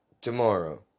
tomorrow